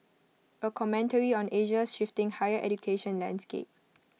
A commentary on Asia's shifting higher education landscape